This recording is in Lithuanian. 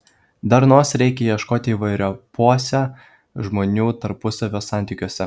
darnos reikia ieškoti įvairiopuose žmonių tarpusavio santykiuose